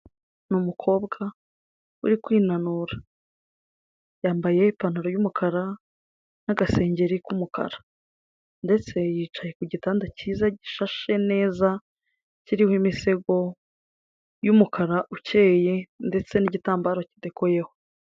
Ni umukobwa uri kwinanura, yambaye ipantaro y'umukara n'agasengeri k'umukara ndetse yicaye ku gitanda cyiza gishashe neza kiriho imisego y'umukara ukeyeye, ndetse n'igitambaro kidekoyeho.